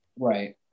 Right